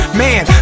man